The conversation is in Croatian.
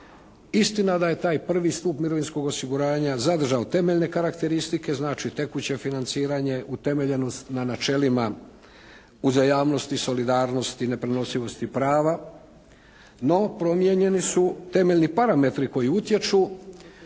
Istina je da je taj I. stup mirovinskog osiguranja zadržao temeljne karakteristike, znači tekuće financiranje utemeljenost na načelima uzajamnosti, solidarnosti, neprenosivosti prava. No promijenjeni su temeljni parametri koji utječu